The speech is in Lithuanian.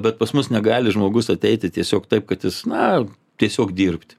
bet pas mus negali žmogus ateiti tiesiog taip kad jis na tiesiog dirbti